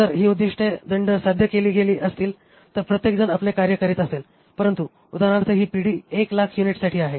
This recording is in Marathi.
जर ही उद्दीष्टे दंड साध्य केली गेली असतील तर प्रत्येकजण आपले कार्य करीत असेल परंतु उदाहरणार्थ ही पिढी 100000 युनिट्ससाठी आहे